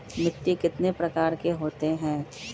मिट्टी कितने प्रकार के होते हैं?